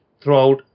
throughout